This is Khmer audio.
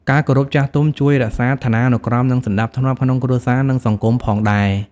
ការគោរពចាស់ទុំជួយរក្សាឋានានុក្រម និងសណ្តាប់ធ្នាប់ក្នុងគ្រួសារ និងសង្គមផងដែរ។